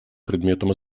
предметом